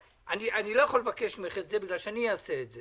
אני לא יכול לבקש ממך את זה בגלל שאני אעשה זה,